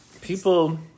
People